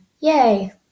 Yay